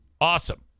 Awesome